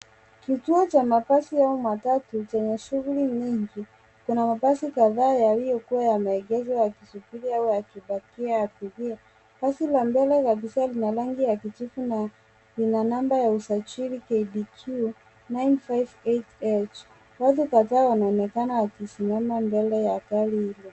Kituo cha mabasi au matatu chenye shughuli nyingi, kuna mabasi kadhaa yaliyokua yameegeshwa yakisubiri au yakipakia abiria, basi la mbele kabisa lina rangi ya kijivu na lina namba ya usajili KDQ 958H. Watu kadhaa wanaonekana wakisimama mbele ya gari hilo.